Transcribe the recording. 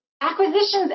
acquisitions